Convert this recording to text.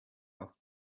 auf